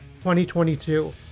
2022